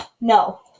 No